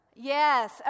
yes